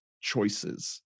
choices